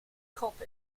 cop